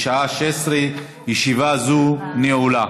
בשעה 16:00. ישיבה זו נעולה.